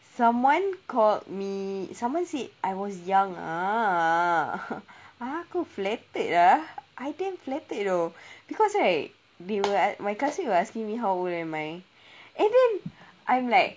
someone called me someone said I was young ah aku flattered ah I came flattered you know because right my cousin was asking me how old am I and then I'm like